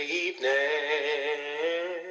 evening